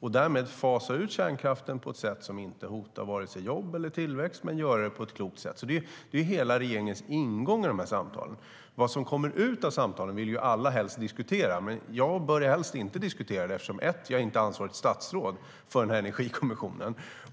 och därmed fasa ut kärnkraften på ett sätt som inte hotar vare sig jobb eller tillväxt och göra det på ett klokt sätt. Det är regeringens ingång i samtalen. Vad som kommer ut av samtalen vill alla diskutera, men jag bör helst inte diskutera det. För det första är jag inte ansvarigt statsråd för Energikommissionen.